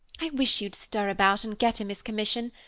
i wish you'd stir about and get him his commission.